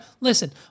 listen